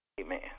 Amen